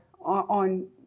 on